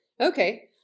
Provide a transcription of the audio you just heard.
Okay